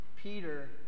Peter